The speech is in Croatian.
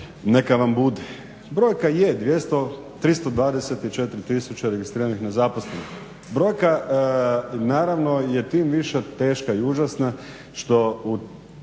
neka vam bude. Brojka je 324 tisuće registriranih nezaposlenih, brojka naravno je tim više teška i užasna što